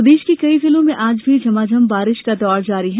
बारिश प्रदेश के कई जिलों में आज भी झमाझम बारिश का दौर जारी है